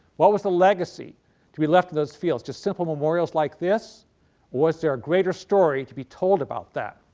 what was the legacy to be left to those fields? just simple memorials like this or was there a greater story to be told about that?